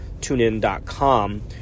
tunein.com